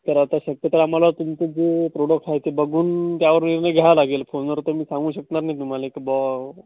तर आता शक्यतो आम्हाला तुमचं जे प्रॉडक्ट आहे ते बघून त्यावर निर्णय घ्या लागेल फोनवर तर मी सांगू शकणार नाही तुम्हाला की बुवा